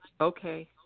Okay